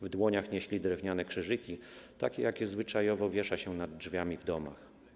W dłoniach nieśli drewniane krzyżyki, takie jakie zwyczajowo wiesza się nad drzwiami w domach.